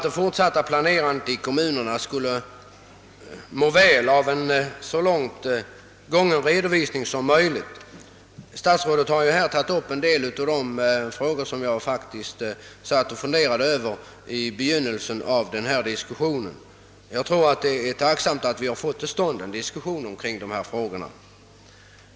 Det fortsatta planerandet i kommunerna skulle må väl av en så fullständig redovisning som möjligt. Statsrådet har tagit upp en del av de frågor som jag funderade över i början av den här diskussionen. Det är tacknämligt att vi fått till stånd en diskussion i dessa ting.